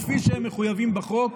כפי שהם מחויבים בחוק,